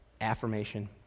affirmation